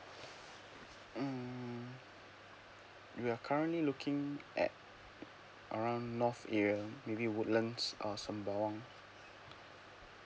mm we are currently looking at around north area maybe woodlands or sembawang